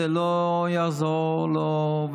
זה לא יעזור לו,